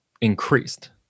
increased